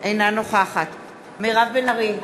אינה נוכחת מירב בן ארי,